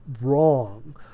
wrong